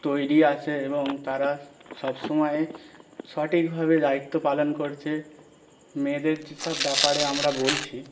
তৈরি আছে এবং তারা সব সময়ে সঠিকভাবে দায়িত্ব পালন করছে মেয়েদের যেসব ব্যাপারে আমরা বলছি